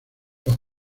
los